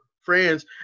friends